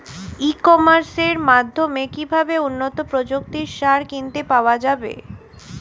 ই কমার্সের মাধ্যমে কিভাবে উন্নত প্রযুক্তির সার কিনতে পাওয়া যাবে?